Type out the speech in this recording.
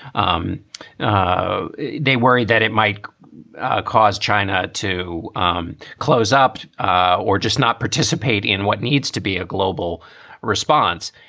um ah they worried that it might cause china to um close up or just not participate in what needs to be a global response.